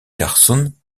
carson